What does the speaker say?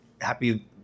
happy